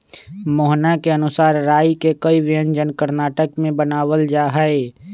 मोहना के अनुसार राई के कई व्यंजन कर्नाटक में बनावल जाहई